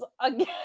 again